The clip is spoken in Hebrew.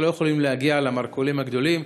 שלא יכולים להגיע למרכולים הגדולים,